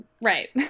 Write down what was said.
Right